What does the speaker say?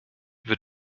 wird